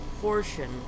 portion